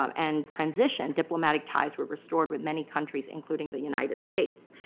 um and transition, diplomatic ties were restored with many countries, including the united states.